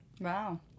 Wow